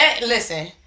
listen